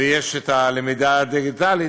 ויש למידה דיגיטלית.